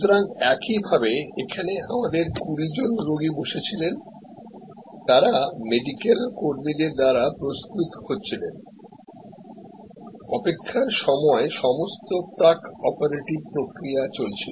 সুতরাং একইভাবে এখানে আমাদের 20 জন রোগী বসে ছিলেন তারা মেডিকেল কর্মীদের দ্বারা প্রস্তুত হচ্ছিলেন অপেক্ষার সময় সমস্ত প্রাক অপারেটিভ প্রক্রিয়া চলছিল